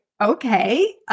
Okay